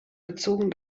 bezogen